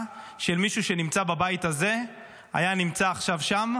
של מישהו שנמצא בבית הזה היה נמצא עכשיו שם,